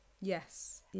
yes